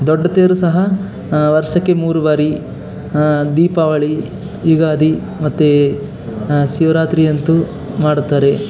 ದೊಡ್ಡ ತೇರು ಸಹ ವರ್ಷಕ್ಕೆ ಮೂರು ಬಾರಿ ದೀಪಾವಳಿ ಯುಗಾದಿ ಮತ್ತು ಶಿವರಾತ್ರಿಯಂತೂ ಮಾಡುತ್ತಾರೆ